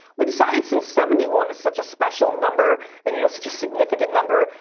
we decided since seventy one is such a special number, and you know, such a significant number,